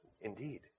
Indeed